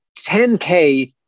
10k